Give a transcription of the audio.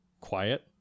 quiet